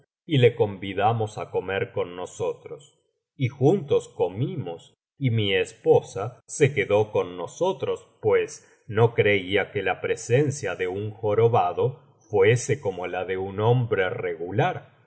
y le convidamos á comer con nosotros y juntos comimos y mi esposa se quedó con nosotros pues no creía que la presencia de un jorobado fuese como la de un hombre regular